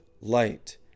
light